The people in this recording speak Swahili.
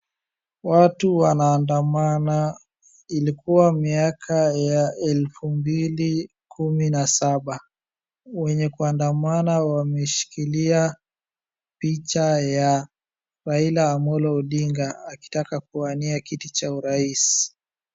Watu wanaandama. Ilikua miaka ya elfu mbili kumi na saba. Wenye kuandamana wameshikilia picha ya Raila amollo odinga akitaka kuwania kiti cha urais.